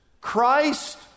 christ